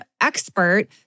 expert